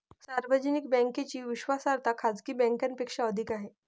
सार्वजनिक बँकेची विश्वासार्हता खाजगी बँकांपेक्षा अधिक आहे